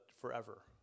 forever